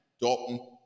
Dalton